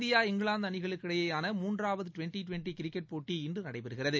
India England அணிகளுக்கு இடையேயான மூன்றாவது டுவெண்ட்டி டுவெண்டி கிரிக்கெட் போட்டி இன்று நடைபெறுகிறது